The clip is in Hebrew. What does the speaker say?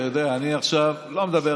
אתה יודע, אני עכשיו לא מדבר